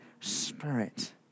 Spirit